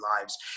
lives